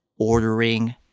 ordering